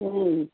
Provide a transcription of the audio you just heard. હં